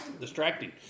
distracting